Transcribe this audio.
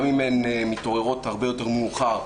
גם אם הן מתעוררות הרבה יותר מאוחר,